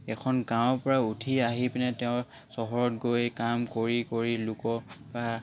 এখন গাঁৱৰ পৰা উঠি আহি পিনে তেওঁ চহৰত গৈ কাম কৰি কৰি লোকৰ পৰা